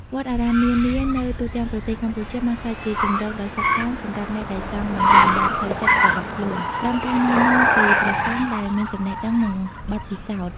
វត្តអារាមនានានៅទូទាំងប្រទេសកម្ពុជាបានក្លាយជាជម្រកដ៏សុខសាន្តសម្រាប់អ្នកដែលចង់បណ្តុះបណ្តាលផ្លូវចិត្តរបស់ខ្លួន ក្រោមការណែនាំពីព្រះសង្ឃដែលមានចំណេះដឹងនិងបទពិសោធន៍។